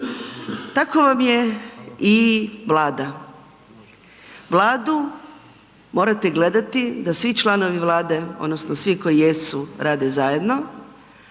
Tako vam je i Vlada. Vladu morate gledati da svi članovi Vlade odnosno svi koji jesu rade zajedno,